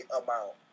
amount